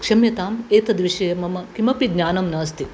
क्षम्यताम् एतद्विषये मम किमपि ज्ञानं नास्ति